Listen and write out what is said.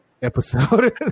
Episode